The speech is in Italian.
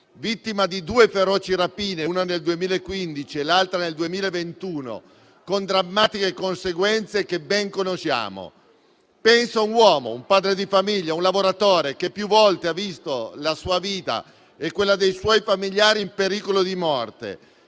vittima di due feroci rapine, una nel 2015 e l'altra nel 2021 - con le drammatiche conseguenze che ben conosciamo, penso a un uomo, a un padre di famiglia, a un lavoratore che più volte ha visto la sua vita e quella dei suoi familiari in pericolo di morte.